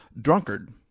drunkard